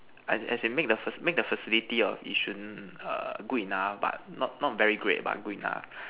as as in make the make the facilities of yishun err good enough but not not very great but good enough